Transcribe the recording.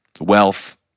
wealth